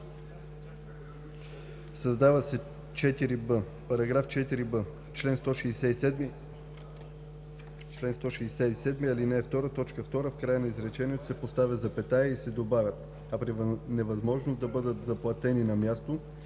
„Създава се § 4б: „§ 4б. В чл. 167, ал. 2, т. 2 в края на изречението се поставя запетая и се добавя „а при невъзможност да бъдат заплатени на място